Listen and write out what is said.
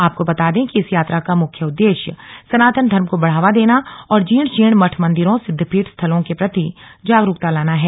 आपको बता दें कि इस यात्रा का मुख्य उद्देश्य सनातन धर्म को बढ़ावा देना और जीर्ण शीर्ण मठ मंदिरों सिद्वपीठ स्थलों के प्रति जागरूकता लाना है